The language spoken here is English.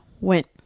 went